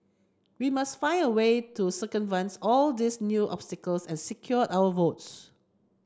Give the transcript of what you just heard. we must find a way to circumvent all these new obstacles and secure our votes